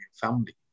family